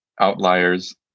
outliers